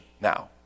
now